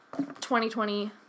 2020